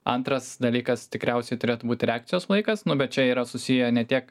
antras dalykas tikriausiai turėtų būti reakcijos laikas nu bet čia yra susiję ne tiek